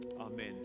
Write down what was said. Amen